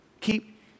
Keep